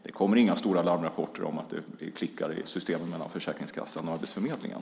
Det kommer inga stora larmrapporter om att det klickar i systemen mellan Försäkringskassan och Arbetsförmedlingen.